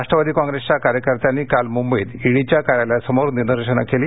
राष्ट्रवादी कॉप्रेसच्या कार्यकर्त्यांनी काल मुंबईत ईडीच्या कार्यालयासमोर निदर्शनं केली